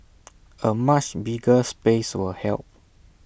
A much bigger space will help